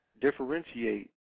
differentiate